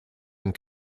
and